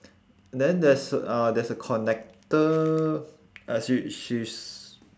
then there's uh there's a connector uh she she's